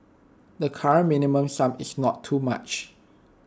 the current minimum sum is not too much